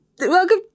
welcome